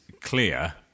clear